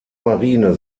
marine